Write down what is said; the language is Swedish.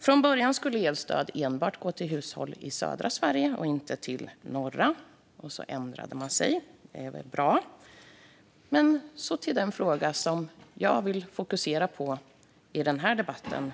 Från början skulle elstöd gå till hushåll enbart i södra Sverige och inte i norra Sverige. Sedan ändrade man sig, och det är väl bra. Så till den fråga som jag vill fokusera på i den här debatten: